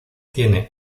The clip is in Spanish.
tiene